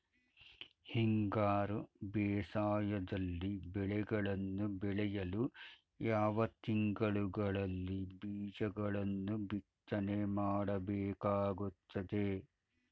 ಹಿಂಗಾರು ಬೇಸಾಯದಲ್ಲಿ ಬೆಳೆಗಳನ್ನು ಬೆಳೆಯಲು ಯಾವ ತಿಂಗಳುಗಳಲ್ಲಿ ಬೀಜಗಳನ್ನು ಬಿತ್ತನೆ ಮಾಡಬೇಕಾಗುತ್ತದೆ?